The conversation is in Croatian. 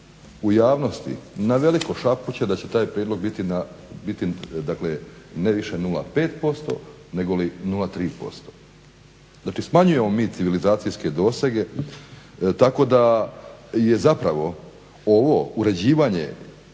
u javnosti naveliko šapuće da će taj prijedlog biti ne više 0,5% negoli 0,3%. Znači smanjujemo mi civilizacijske dosege, tako da je zapravo ovo uređivanje